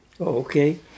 Okay